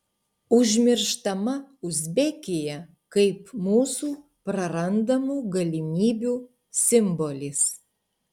užmirštama uzbekija kaip mūsų prarandamų galimybių simbolis